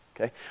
okay